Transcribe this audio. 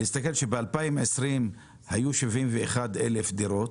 אתה צריך להסתכל על כך שב-2020 היו 71,000 דירות,